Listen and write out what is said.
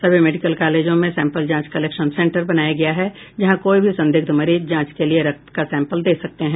सभी मेडिकल कॉलेजों में सैंपल जांच कलेक्शन सेंटर बनाया गया है जहां कोई भी संदिग्ध मरीज जांच के लिये रक्त का सैंपल दे सकते हैं